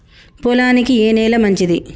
పొలానికి ఏ నేల మంచిది?